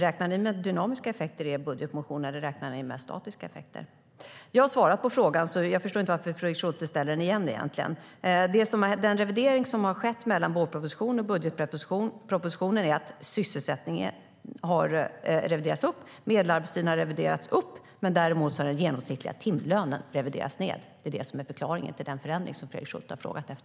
Räknar ni med dynamiska effekter i er budgetmotion, eller räknar ni med statiska effekter? Jag har svarat på frågan, så jag förstår inte varför Fredrik Schulte ställer den igen. Den revidering som har skett mellan vårpropositionen och budgetpropositionen är att sysselsättningen och medelarbetstiden har reviderats upp. Däremot har den genomsnittliga timlönen reviderats ned. Det är det som är förklaringen till den förändring som Fredrik Schulte har frågat om.